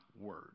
word